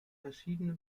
verschiedene